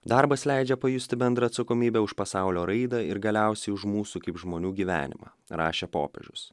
darbas leidžia pajusti bendrą atsakomybę už pasaulio raidą ir galiausiai už mūsų kaip žmonių gyvenimą rašė popiežius